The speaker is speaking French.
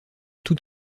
tout